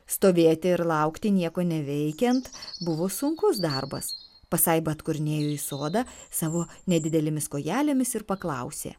stovėti ir laukti nieko neveikiant buvo sunkus darbas pasaiba atkurnėjo į sodą savo nedidelėmis kojelėmis ir paklausė